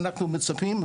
אנחנו מצפים,